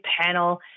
panel